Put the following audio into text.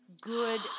good